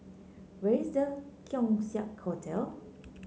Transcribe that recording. where is The Keong Saik Hotel